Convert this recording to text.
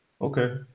Okay